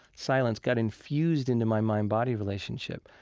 silence, got infused into my mind-body relationship,